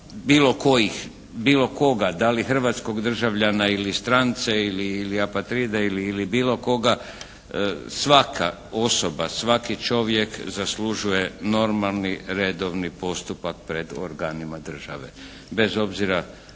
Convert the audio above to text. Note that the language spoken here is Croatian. bilo koga, da li hrvatskog državljana ili strance ili apatride ili bilo koga. Svaka osoba, svaki čovjek zaslužuje normalni redovni postupak pred organima države, bez obzira